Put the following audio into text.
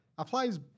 applies